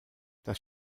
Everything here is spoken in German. das